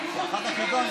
מה יש לכם להסתיר?